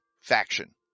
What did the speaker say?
faction